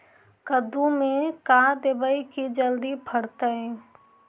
कददु मे का देबै की जल्दी फरतै?